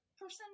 person